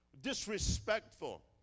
Disrespectful